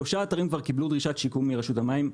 שלושה אתרים כבר קיבלו דרישת שיקום מרשות המים.